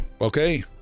okay